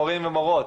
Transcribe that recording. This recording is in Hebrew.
מורים ומורות,